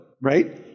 right